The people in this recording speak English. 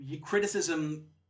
criticism